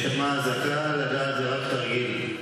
בהישמע אזעקה, לדעת, זה רק תרגיל.